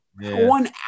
one